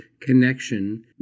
connection